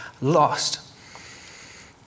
lost